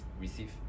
receive